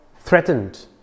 threatened